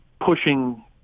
pushing